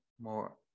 more